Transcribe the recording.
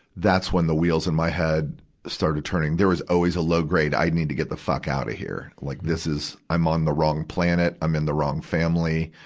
that's when the wheels in my head starting turning. there was always a low-grade i need to get the fuck outta here. like, this is, i'm on the wrong planet, i'm in the wrong family.